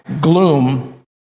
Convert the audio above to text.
gloom